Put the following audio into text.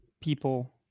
people